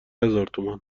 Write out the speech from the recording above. هزارتومان